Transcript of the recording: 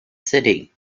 city